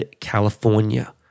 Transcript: California